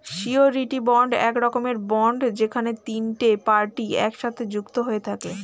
surety bond এক রকমের bond যেখানে তিনটে পার্টি একসাথে যুক্ত হয়ে থাকে